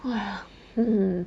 !wah! mm